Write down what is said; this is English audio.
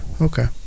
okay